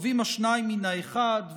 טובים השניים מן האחד,